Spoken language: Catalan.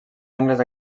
angles